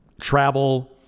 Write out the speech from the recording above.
travel